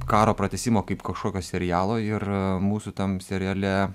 karo pratęsimo kaip kažkokio serialo ir mūsų tam seriale